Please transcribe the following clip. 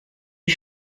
die